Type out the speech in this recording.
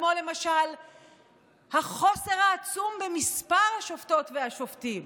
כמו למשל החוסר העצום במספר השופטות והשופטים.